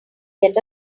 get